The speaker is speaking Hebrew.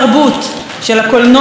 של האוניברסיטאות,